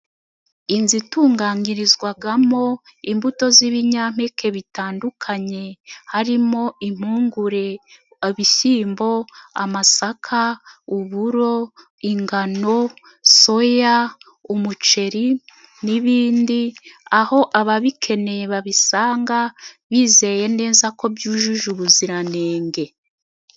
Inzu itunganyirizwagamo imbuto z'ibinyampeke bitandukanye, harimo impungure, ibishyimbo, amasaka, uburo, ingano, soya, umuceri n'ibindi. Aho ababikeneye babisanga, bizeye neza ko byujuje ubuziranenge.